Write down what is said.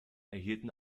erhielten